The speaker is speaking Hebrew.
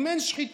אם אין שחיתות,